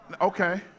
okay